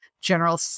general